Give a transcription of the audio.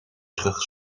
terug